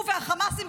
הוא והחמאסים,